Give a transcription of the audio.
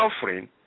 suffering